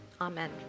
Amen